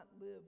live